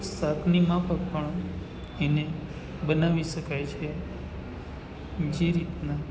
શાકની માફક પણ એને બનાવી શકાય છે જે રીતના